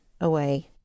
away